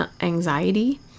anxiety